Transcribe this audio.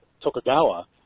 Tokugawa